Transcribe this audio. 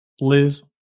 Liz